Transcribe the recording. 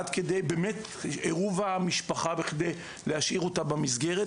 עד כדי באמת עירוב המשפחה כדי להשאיר אותה במסגרת.